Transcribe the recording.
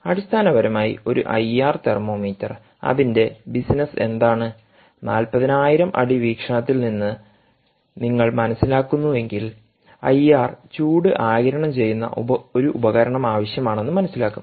അടിസ്ഥാനപരമായി ഒരു IR thermometer അതിന്റെ ബിസിനസ്സ് എന്താണ് 40000 അടി വീക്ഷണത്തിൽ നിന്ന് നിങ്ങൾ മനസ്സിലാക്കുന്നുവെങ്കിൽ ഐആർ ചൂട് ആഗിരണം ചെയ്യുന്ന ഒരു ഉപകരണം ആവശ്യമാണെന്ന് മനസ്സിലാക്കും